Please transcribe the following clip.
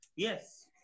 Yes